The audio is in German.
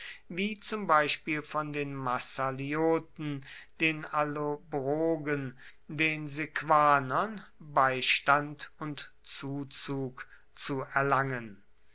wie zum beispiel von den massalioten den allobrogen den sequanern beistand und zuzug zu erlangen